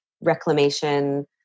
reclamation